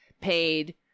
paid